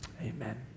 Amen